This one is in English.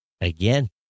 Again